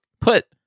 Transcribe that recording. put